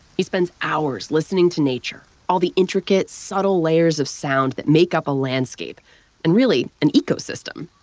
he spends hours listening to nature all the intricate, subtle layers of sound that make up a landscape and really, an ecosystem.